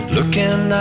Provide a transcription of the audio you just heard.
Looking